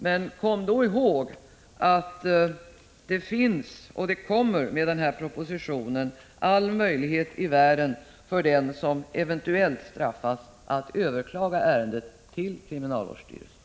Men kom ihåg att det finns och även efter genomförande av propositionens förslag kommer att finnas all möjlighet i världen för den som eventuellt får disciplinstraff att överklaga beslutet hos kriminalvårdsstyrelsen.